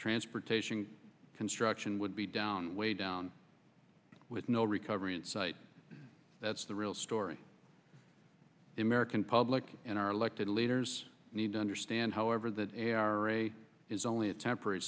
transportation construction would be down way down with no recovery in sight that's the real story in american public and our elected leaders need to understand however that is only a temporary